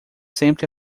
sempre